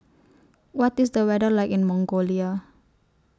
What IS The weather like in Mongolia